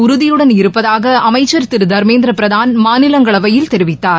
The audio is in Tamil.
உறுதியுடன் இருப்பதாக அமைச்சர் திரு தர்மேந்திர் பிரதான் மாநிலங்களவையில் தெரிவித்தார்